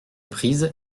prise